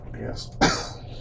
Yes